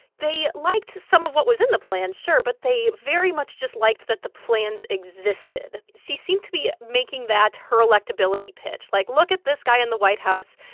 they liked some of what was in the plans, sure, but they very much just liked that the plans existed. she seemed to be making that her electability pitch. like, look at this guy in the white house.